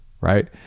right